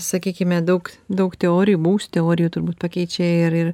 sakykime daug daug teorijų buvusių teorijų turbūt pakeičia ir ir